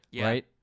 right